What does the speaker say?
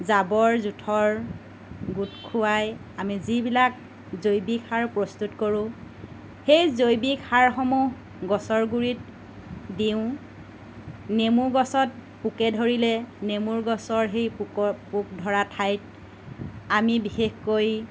জাবৰ জোথৰ গোট খুৱাই আমি যিবিলাক জৈৱিক সাৰ প্ৰস্তুত কৰোঁ সেই জৈৱিক সাৰসমূহ গছৰ গুৰিত দিওঁ নেমু গছত পোকে ধৰিলে নেমুৰ গছৰ সেই পোকৰ পোক ধৰা ঠাইত আমি বিশেষকৈ